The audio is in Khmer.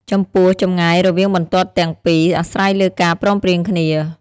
ចំពោះ ចម្ងាយរវាងបន្ទាត់ទាំងពីរអាស្រ័យលើការព្រមព្រៀងគ្នា ។